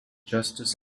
justice